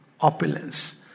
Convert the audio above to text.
opulence